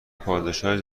پادشاهی